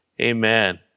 amen